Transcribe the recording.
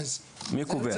מי קובע?